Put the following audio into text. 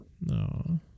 No